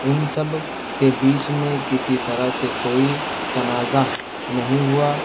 ان سب کے بیچ میں کسی طرح سے کوئی تنازعہ نہیں ہوا